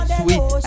sweet